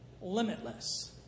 limitless